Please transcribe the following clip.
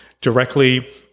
directly